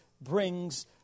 brings